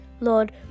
Lord